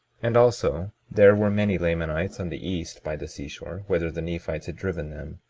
and also there were many lamanites on the east by the seashore, whither the nephites had driven them.